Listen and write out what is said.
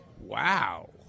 Wow